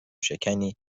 شکنی